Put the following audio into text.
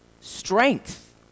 strength